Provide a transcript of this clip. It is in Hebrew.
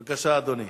בבקשה, אדוני.